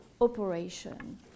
operation